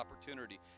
opportunity